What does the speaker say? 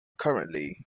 currently